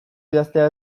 idaztea